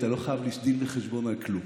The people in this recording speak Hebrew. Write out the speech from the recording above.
אתה לא חייב לי דין וחשבון על כלום.